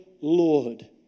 Lord